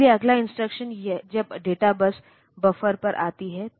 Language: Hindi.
इसलिए अगला इंस्ट्रक्शन जब डेटा बस बफर पर आती है